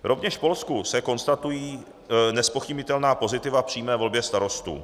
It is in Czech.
Rovněž v Polsku se konstatují nezpochybnitelná pozitiva přímé volby starostů.